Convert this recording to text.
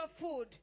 food